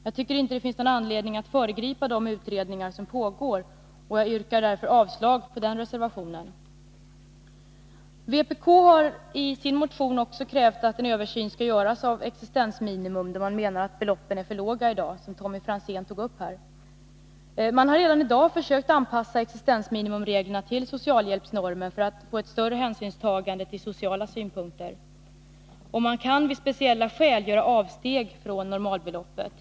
Det finns därför ingen anledning att föregripa de utredningar som pågår. Jag yrkar således avslag på reservationen. Också vpk kräver i en motion att en översyn skall göras av reglerna för existensminimum. Man menar att beloppen är för låga i dag. Tommy Franzén har tagit upp den saken här. Man har redan försökt att anpassa reglerna för existensminimum till socialhjälpsnormen, för att åstadkomma ett större hänsynstagande till sociala synpunkter. Dessutom kan man, om speciella skäl föreligger, göra avsteg när det gäller normalbeloppet.